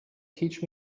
teach